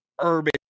urban